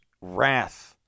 Wrath